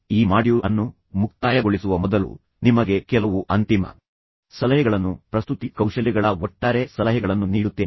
ಈಗ ನಾನು ಈ ಮಾಡ್ಯೂಲ್ ಅನ್ನು ಮುಕ್ತಾಯಗೊಳಿಸುವ ಮೊದಲು ನಾನು ನಿಮಗೆ ಕೆಲವು ಅಂತಿಮ ಸಲಹೆಗಳನ್ನು ಪ್ರಸ್ತುತಿ ಕೌಶಲ್ಯಗಳ ಒಟ್ಟಾರೆ ಸಲಹೆಗಳನ್ನು ನೀಡುತ್ತೇನೆ